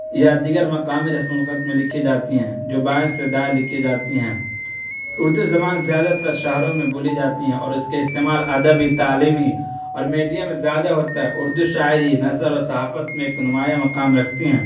یا دیگر مقامی رسم الخط میں لکھی جاتی ہیں جو بائیں سے دائیں لکھی جاتی ہیں اردو زبان زیادہ تر شہروں میں بولی جاتی ہیں اور اس کے استعمال ادبی تعلیمی اور میڈیم زیادہ ہوتا ہے اردو شاعری نثر اور صحافت میں ایک نمایاں مقام رکھتی ہیں